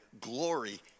glory